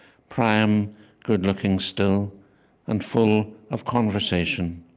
priam good-looking still and full of conversation,